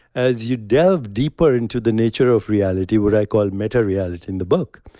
as you delve deeper into the nature of reality, what i call meta-reality in the book,